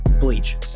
bleach